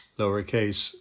lowercase